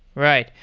right.